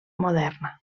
moderna